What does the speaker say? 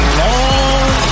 long